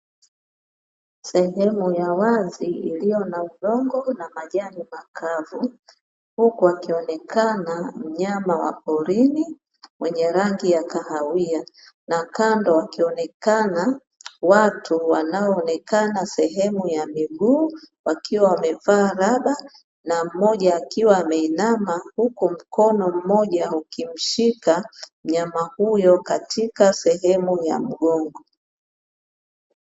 Sehemu ya wazi iliyo na udongo na majani makavu. Huku akionekana mnyama wa porini mwenye rangi ya kahawia na kando wakionekana watu wanaoonekana sehemu ya miguu wakiwa wamevaa raba na mmoja akiwa ameinama huku mkono mmoja ukimshika mnyama huyo katika sehemu ya mgongo.